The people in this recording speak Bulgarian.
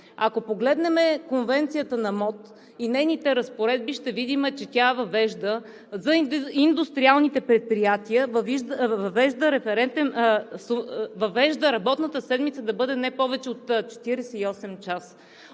Ако погледнем Конвенцията на МОТ и нейните разпоредби, ще видим, че за индустриалните предприятия тя въвежда работната седмица да бъде не повече от 48 часа.